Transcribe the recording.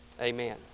Amen